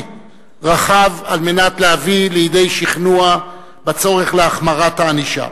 רחב על מנת להביא לידי שכנוע בצורך להחמרת הענישה.